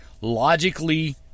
logically